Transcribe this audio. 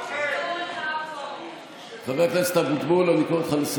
הכול לצורך, הנוכל.